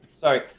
Sorry